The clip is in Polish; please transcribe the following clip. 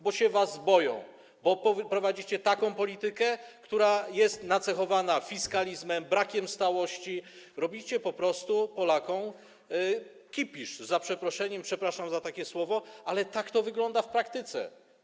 Bo się was boją, bo wy prowadzicie taką politykę, która jest nacechowana fiskalizmem, brakiem stałości, robicie po prostu Polakom kipisz za przeproszeniem, przepraszam za takie słowo, ale tak to wygląda w praktyce.